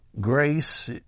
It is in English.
Grace